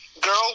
girl